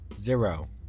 Zero